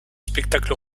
spectacle